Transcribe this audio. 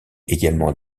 également